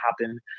happen